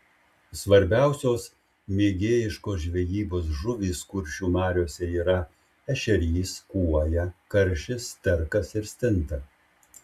svarbiausios mėgėjiškos žvejybos žuvys kuršių mariose yra ešerys kuoja karšis sterkas ir stinta